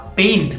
pain